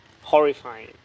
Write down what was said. Horrifying